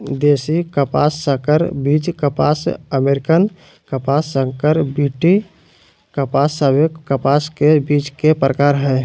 देशी कपास, संकर बीज कपास, अमेरिकन कपास, संकर बी.टी कपास सभे कपास के बीज के प्रकार हय